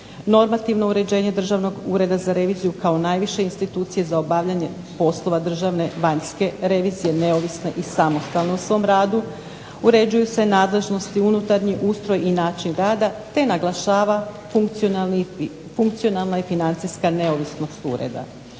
normativno uređenje Državnog ureda za reviziju kao najviše institucije za obavljanje poslova Državne vanjske revizije neovisne i samostalne u svom radu, uređuju se nadležnosti, unutarnji ustroj i način rada te naglašava funkcionalna i financijska neovisnost ureda.